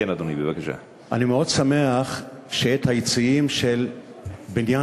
אני מאוד שמח שאת היציעים של בניין